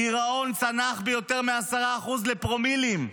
הגירעון צנח ביותר מ-10% לפרומילים.